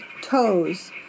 toes